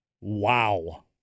Wow